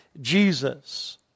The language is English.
Jesus